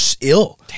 ill